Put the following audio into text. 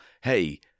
hey